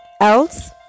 else